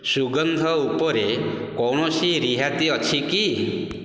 ସୁଗନ୍ଧ ଉପରେ କୌଣସି ରିହାତି ଅଛି କି